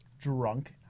drunk